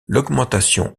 l’augmentation